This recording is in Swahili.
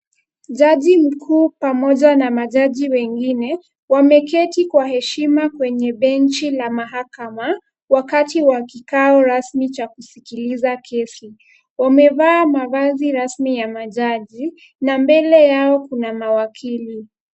Jaji mkuu pamoja na majaji wengine, wameketi kwa heshima kwenye benchi la mahakama wakati wa kikao rasmi cha kusikiza kesi. Wamevaa mavazi rasmi ya majaji na mbele yao kuna mawakili.